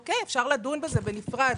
בסדר, אפשר לדון בזה בנפרד.